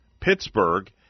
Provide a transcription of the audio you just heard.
Pittsburgh